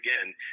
again